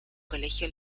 colegio